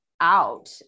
out